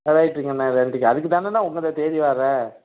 ஆ ரைட்டுங்கண்ணே நன்றிங்க அதுக்குத்தானண்ணே உங்களை தேடி வறேன்